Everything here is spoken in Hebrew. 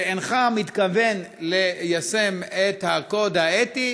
שאינך מתכוון ליישם את הקוד האתי,